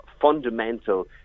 fundamental